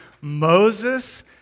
Moses